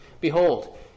Behold